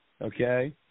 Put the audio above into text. Okay